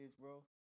bro